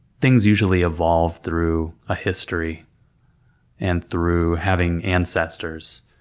things usually evolve through a history and through having ancestors,